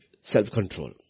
self-control